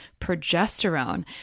progesterone